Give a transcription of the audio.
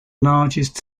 largest